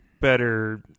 better